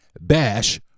bash